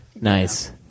nice